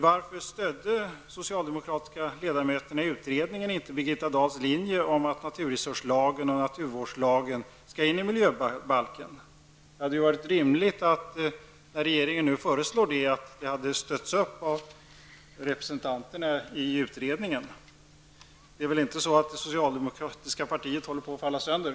Varför stödde inte de socialdemokratiska ledamöterna i utredningen Birgitta Dahls linje att naturresurslagen och naturvårdslagen skulle föras in i miljöbalken? När regeringen nu föreslår det hade det ju varit rimligt att saken fått stöd av representanterna i utredningen. Det är väl inte så att det socialdemokratiska partiet håller på att falla sönder?